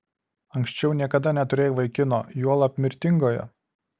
anksčiau niekada neturėjai vaikino juolab mirtingojo